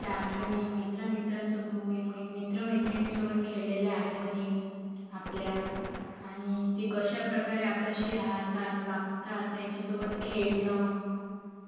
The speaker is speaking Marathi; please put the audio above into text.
त्या आठवणी मित्र मित्रांसो मित्र मैत्रिणीसोबत खेळलेल्या आठवणी आपल्या आणि ते कशाप्रकारे आपल्याशी राहतात वागतात त्यांच्यासोबत खेळणं